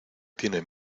tiene